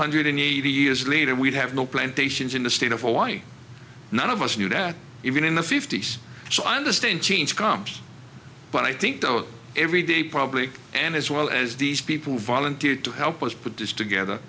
hundred eighty years later we'd have no plantations in the state of hawaii none of us knew that even in the fifty's so i understand change comes but i think every day probably and as well as these people volunteered to help us put this together